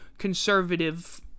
conservative